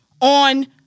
on